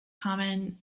common